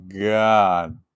god